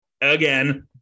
Again